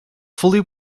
fully